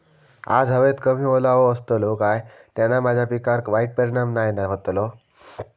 आज हवेत कमी ओलावो असतलो काय त्याना माझ्या पिकावर वाईट परिणाम नाय ना व्हतलो?